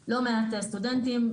לא מעט סטודנטים,